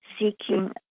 seeking